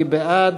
מי בעד?